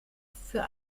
für